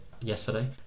yesterday